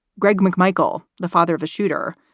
greg mcmichael, the father of the shooter,